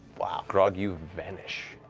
ah grog, you vanish.